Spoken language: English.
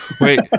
wait